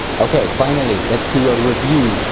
okay, finally, let's do a review.